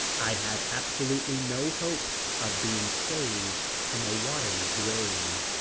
i had absolutely no hope of being saved from a watery grave,